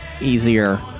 easier